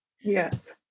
Yes